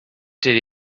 did